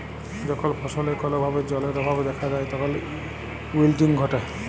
যখল ফসলে কল ভাবে জালের অভাব দ্যাখা যায় তখল উইলটিং ঘটে